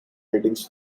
ratings